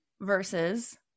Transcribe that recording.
versus